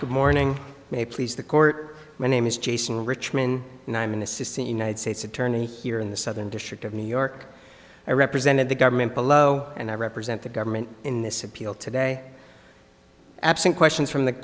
good morning may please the court my name is jason richmond and i'm an assistant united states attorney here in the southern district of new york i represented the government below and i represent the government in this appeal today absent questions from the